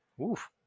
Oof